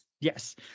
Yes